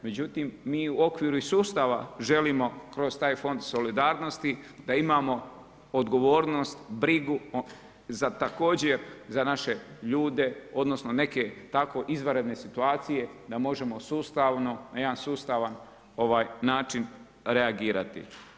Međutim, mi i u okviru sustava želimo kroz taj fond solidarnosti da imamo odgovornost brigu također za naše ljude odnosno, neke tako izvanredne situacije da možemo sustavno, na jedan sustavan način reagirati.